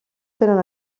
tenen